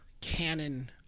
canon